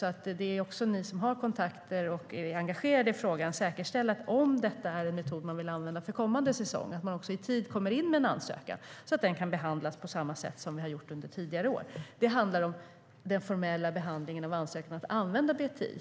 Ni som har kontakter och som är engagerade i frågan kan, om detta är en metod för kommande säsong, säkerställa att det kommer in en ansökan i tid så att den kan behandlas på samma sätt som under tidigare år. Det handlar om den formella behandlingen av ansökan om att använda BTI.